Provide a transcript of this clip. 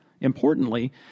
Importantly